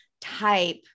type